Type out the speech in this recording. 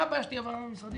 מה הבעיה שתהיה ועדה משרדית?